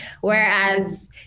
Whereas